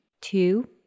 Two